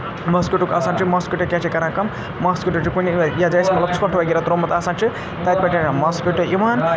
mosquito آسان چھِ mosquito کیٛاہ چھِ کَران کٲم ماسکِٹو چھِ کُنہِ یَتھ جایہِ مطلب ژھۄٹھ وغیرہ ترٛوومُت آسان چھِ تَتہِ پٮ۪ٹھ ماسکِٹو یِوان